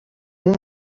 اون